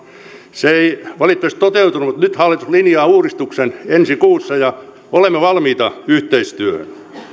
se ei valitettavasti toteutunut nyt hallitus linjaa uudistuksen ensi kuussa ja olemme valmiita yhteistyöhön